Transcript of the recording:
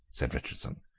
said richardson,